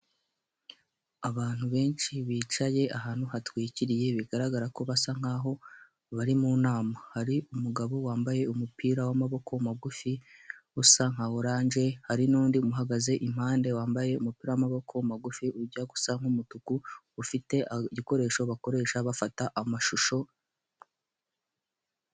Abantu benshi bicaye ahantu hatwikiriye bigaragara ko basa nkaho bari mu nama, hari umugabo wambaye umupira w'amaboko magufi usa nka oranje hari n'undi uhagaze impande wambaye umupira w'amaboko magufi ujya gusa nk'umutuku, ufite igikoresho bakoresha bafata amashusho.